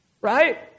Right